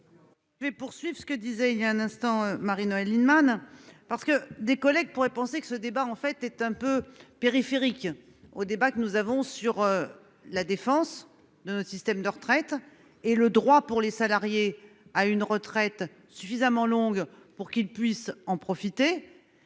Je vais poursuivre ce que disait il y a un instant Marie-Noëlle Lienemann parce que des collègues pourraient penser que ce débat en fait est un peu périphérique au débat que nous avons sur. La défense de nos systèmes de retraite et le droit pour les salariés à une retraite suffisamment longue pour qu'ils puissent en profiter.